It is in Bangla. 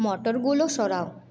মটরগুলো সরাও